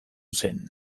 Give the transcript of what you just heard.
zen